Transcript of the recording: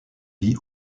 vie